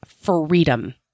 freedom